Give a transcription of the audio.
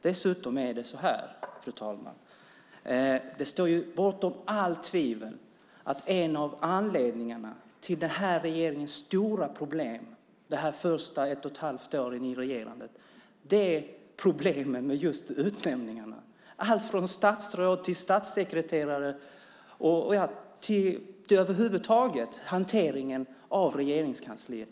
Dessutom är det så, fru talman, att det står bortom allt tvivel att en av anledningarna till den här regeringens stora problem de första ett och ett halvt åren i regerandet just är problemet med utnämningarna alltifrån statsråd till statssekretare och över huvud taget hanteringen av Regeringskansliet.